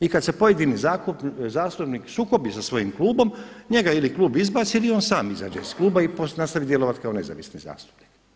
I kada se pojedini zastupnik sukobi sa svojim klubom, njega ili klub izbaci ili on sam izađe iz kluba i nastavi djelovati kao nezavisni zastupnik.